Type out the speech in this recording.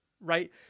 right